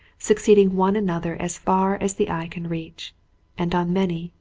succeeding one another as far as the eye can reach and on many,